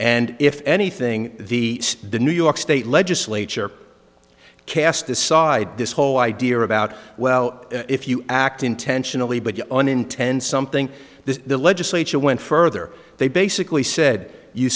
and if anything the new york state legislature cast aside this whole idea about well if you act intentionally but an intense something the legislature went further they basically said you